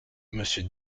monsieur